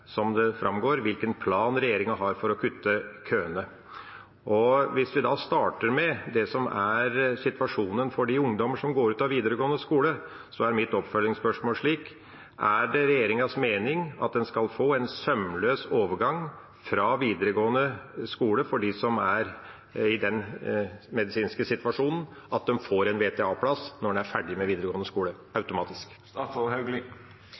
som det framgår, hvilken plan regjeringa har for å kutte køene. Hvis vi da starter med det som er situasjonen for ungdommene som går ut av videregående skole, er mitt oppfølgingsspørsmål: Er det regjeringas mening at en skal få en sømløs overgang fra videregående skole for dem som er i den medisinske situasjonen, ved at de automatisk får en VTA-plass når de er ferdig med videregående skole?